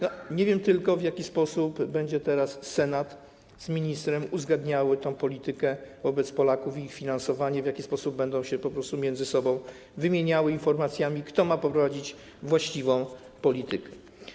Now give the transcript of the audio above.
Nie wiem tylko, w jaki sposób teraz Senat z ministrem będzie uzgadniał tę politykę wobec Polaków i jej finansowanie, w jaki sposób będą się po prostu między sobą wymieniali informacjami i kto ma poprowadzić właściwą politykę.